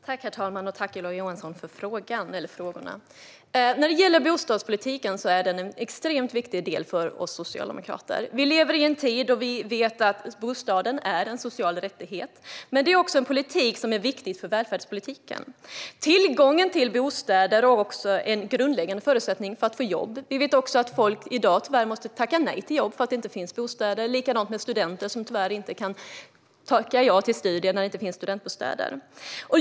Herr talman! Jag tackar Ola Johansson för frågorna. Bostadspolitiken är extremt viktig för oss socialdemokrater, för vi lever i en tid när bostaden är en social rättighet. Det är också en politik som är viktig för välfärden. Tillgången till bostäder är en grundläggande förutsättning för jobb, och vi vet att folk i dag måste tacka nej till jobb för att det inte finns bostäder. Det finns också unga som inte kan tacka ja till studier för att det saknas studentbostäder.